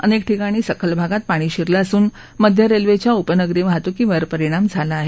अनेक ठिकाणी सखल भागात पाणी शिरलं असून मध्य रेल्वेच्या उपनगरी वाहतुकीवर परिणाम झाला आहे